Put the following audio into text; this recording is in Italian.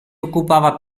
occupava